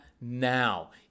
now